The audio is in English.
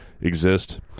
exist